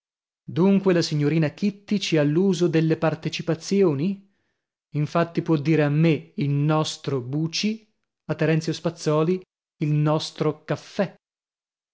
dunque la signorina kitty ci ha l'uso delle partecipazioni infatti può dire a me il nostro buci a terenzio spazzòli il nostro caffè